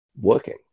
working